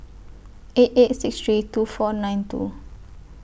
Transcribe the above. eight eight six three two four nine two